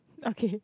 okay